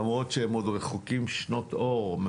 למרות שהם עוד רחוקים שנות אור.